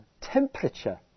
temperature